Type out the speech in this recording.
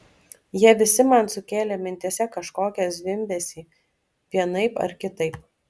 jie visi man sukėlė mintyse kažkokį zvimbesį vienaip ar kitaip